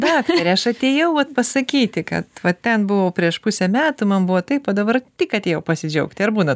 daktare aš atėjau vat pasakyti kad va ten buvau prieš pusę metų man buvo taip o dabar tik atėjau pasidžiaugti ar būna